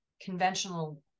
conventional